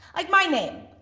like my name.